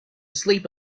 sleep